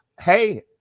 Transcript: Hey